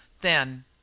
Then—